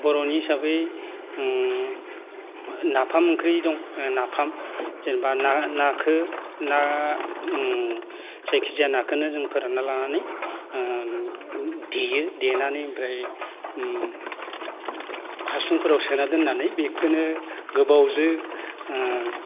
बर'नि हिसाबै नाफाम ओंख्रि दं नाफाम जेनेबा नाखौ ना जायखिजाया नाखौनो जों फोरानना लानानै देयो देनानै ओमफ्राय हासुंफोराव सोना दोननानै बेखौनो गोबावजों